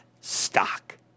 stock